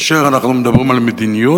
כאשר אנחנו מדברים על מדיניות,